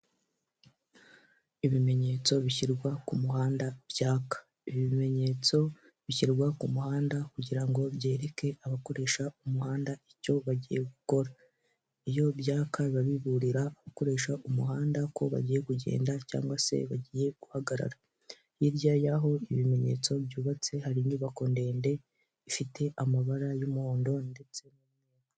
Ibimenyetso bishyirwa ku muhanda byaka, ibi bimenyetso bishyirwa ku muhanda kugirango ngo byereke abakoresha umuhanda icyo bagiye gukora. Iyo byaka biba biburira abakoresha umuhanda ko bagiye kugenda cyangwa se bagiye guhagarara, hirya y'aho ibimenyetso byubatse hari inyubako ndende bifite amabara y'umuhondo ndetse n'umweru.